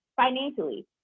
financially